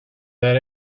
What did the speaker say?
that